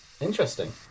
Interesting